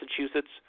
massachusetts